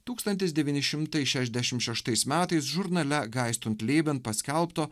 tūkstantis devyni šimtai šešiasdešimt šeštais metais žurnale gaistunleiben paskelbto